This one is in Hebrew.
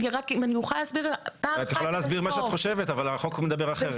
את יכולה להסביר מה שאת חושבת אבל החוק מדבר אחרת.